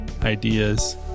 ideas